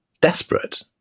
desperate